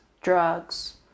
drugs